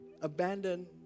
abandon